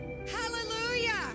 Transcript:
hallelujah